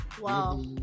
Wow